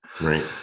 right